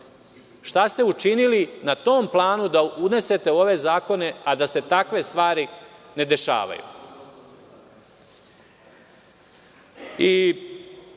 Šta ste učinili na tom planu da unesete u ove zakone, a da se takve stvari ne dešavaju? Pošto